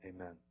Amen